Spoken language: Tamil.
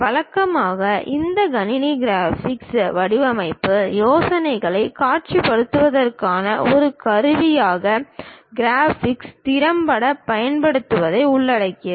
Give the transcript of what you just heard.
வழக்கமாக இந்த கணினி கிராபிக்ஸ் வடிவமைப்பு யோசனைகளை காட்சிப்படுத்துவதற்கான ஒரு கருவியாக கிராபிக்ஸ் திறம்பட பயன்படுத்துவதை உள்ளடக்கியது